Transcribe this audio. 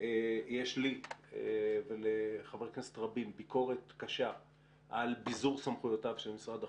יש לי ולחברי כנסת רבים ביקורת קשה על ביזור סמכויות של משרד החוץ,